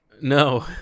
No